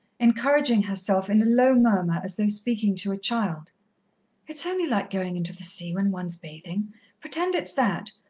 encouraging herself in a low murmur, as though speaking to a child it's only like going into the sea when one's bathing pretend it's that,